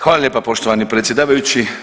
Hvala lijepa poštovani predsjedavajući.